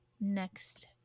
next